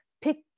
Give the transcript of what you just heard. pick